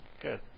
good